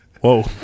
Whoa